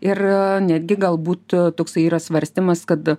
ir netgi galbūt toksai yra svarstymas kad